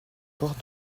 portes